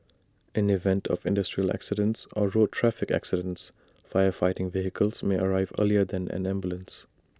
in event of industrial accidents or road traffic accidents fire fighting vehicles may arrive earlier than an ambulance